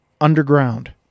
underground